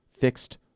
fixed